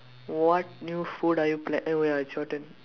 what new food are you plan eh wait ya it's your turn